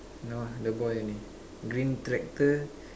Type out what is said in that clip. no ah the boy only green tractor